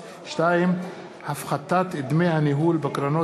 בירן ונורית קורן בנושא: הפחתת דמי הניהול בקרנות